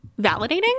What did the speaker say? validating